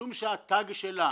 משום שהתג שלה